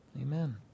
Amen